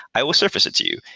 i will surface it to you,